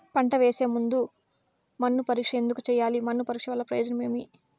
పంట వేసే ముందు మన్ను పరీక్ష ఎందుకు చేయాలి? మన్ను పరీక్ష వల్ల ప్రయోజనం ఏమి?